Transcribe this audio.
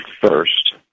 first